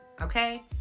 okay